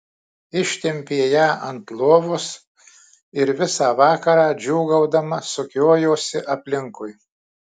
ištempė ją ant lovos ir visą vakarą džiūgaudama sukiojosi aplinkui